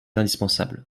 indispensable